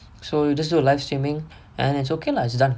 so you just do a live streaming and it's okay lah it's done